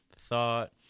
thought